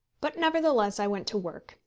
but nevertheless i went to work,